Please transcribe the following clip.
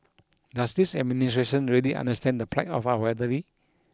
does this administration really understand the plight of our elderly